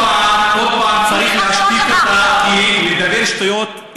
כל פעם צריך להשתיק אותה כי היא מדברת שטויות.